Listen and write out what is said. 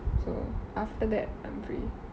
so after that I'm free